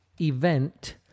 event